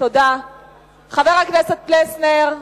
חבר הכנסת פלסנר,